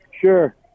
sure